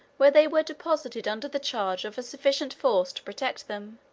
where they were deposited under the charge of a sufficient force to protect them,